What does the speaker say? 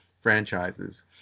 franchises